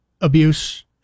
abuse